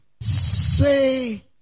say